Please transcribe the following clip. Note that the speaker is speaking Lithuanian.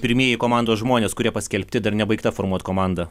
pirmieji komandos žmonės kurie paskelbti dar nebaigta formuot komanda